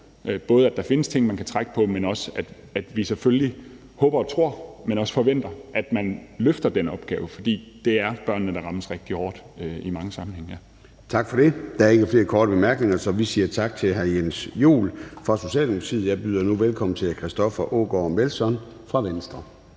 både at der findes ting, man kan trække på, men også, at vi selvfølgelig håber og tror, men også forventer, at man løfter den opgave. For det er børnene, der rammes rigtig hårdt i mange sammenhænge. Kl. 14:12 Formanden (Søren Gade): Tak for det. Der er ikke flere korte bemærkninger. Så vi siger tak til hr. Jens Joel fra Socialdemokratiet, og jeg byder nu velkommen til hr. Christoffer Aagaard Melson fra Venstre.